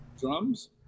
drums